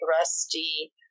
rusty